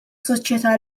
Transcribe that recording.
soċjetà